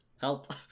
help